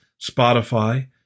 Spotify